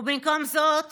ובמקום זאת